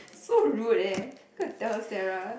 so rude eh I'll go tell Sarah